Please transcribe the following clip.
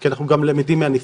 כי אנחנו גם לומדים מהניסיון.